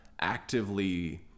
actively